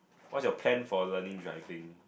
what's your plan for learning driving